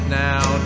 now